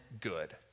good